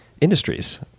industries